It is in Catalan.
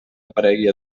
aparegui